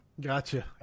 Gotcha